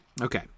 okay